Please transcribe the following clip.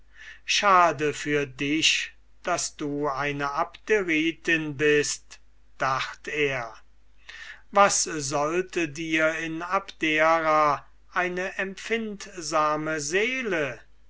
schade für dich daß du eine abderitin bist dacht er was sollte dir in abdera eine empfindsame seele